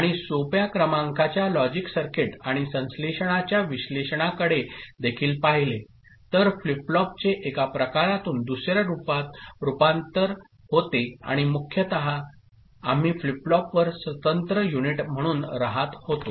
आणि सोप्या क्रमांकाच्या लॉजिकल सर्किट आणि संश्लेषणाच्या विश्लेषणाकडे देखील पाहिले तर फ्लिप फ्लॉपचे एका प्रकारातून दुसऱ्या रूपात रूपांतर होते आणि मुख्यतः आम्ही फ्लिप फ्लॉपवर स्वतंत्र युनिट म्हणून रहात होतो